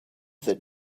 that